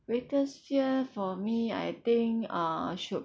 greatest fear for me I think uh should